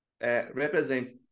represents